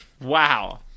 Wow